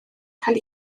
cael